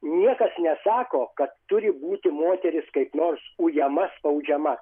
niekas nesako kad turi būti moteris kaip nors ujama spaudžiama